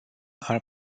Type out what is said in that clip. are